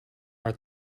are